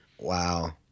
Wow